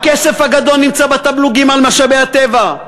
הכסף הגדול נמצא בתמלוגים על משאבי הטבע,